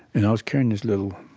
and i was carrying this little